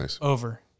over